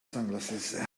sunglasses